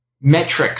metrics